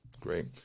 great